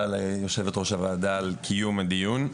ליושבת-ראש הוועדה על קיום הדיון.